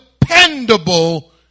dependable